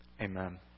Amen